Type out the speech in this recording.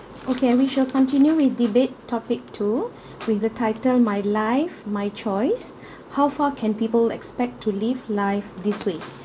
okay we shall continue with debate topic two with the title my life my choice how far can people expect to live life this way